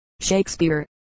Shakespeare